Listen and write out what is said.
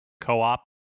co-op